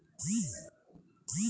নিম ঘটিত কীটনাশক কি?